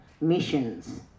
missions